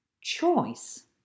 choice